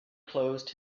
closed